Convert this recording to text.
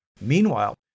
Meanwhile